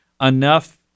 enough